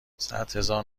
صدهزار